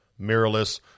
mirrorless